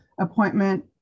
appointment